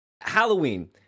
Halloween